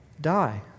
die